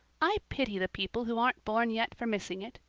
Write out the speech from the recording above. i pity the people who aren't born yet for missing it.